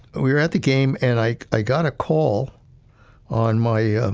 we were at the game and i i got a call on my, yeah